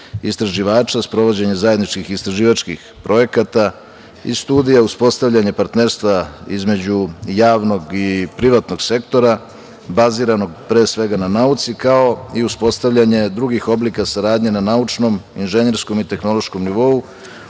istraživača, sprovođenje zajedničkih istraživačkih projekata i studija, uspostavljanje partnerstva između javnog i privatnog sektora baziranog pre svega na nauci, kao i uspostavljanje drugih oblika saradnje na naučnom, inženjerskom i tehnološkom nivou